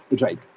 Right